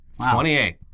28